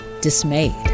dismayed